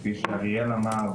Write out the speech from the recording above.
כפי שאריאל אמר,